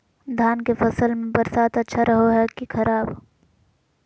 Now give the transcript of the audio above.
धान के फसल में बरसात अच्छा रहो है कि खराब?